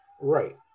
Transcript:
Right